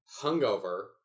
hungover